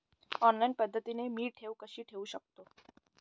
Online पद्धतीने मी ठेव कशी ठेवू शकतो?